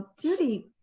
judy,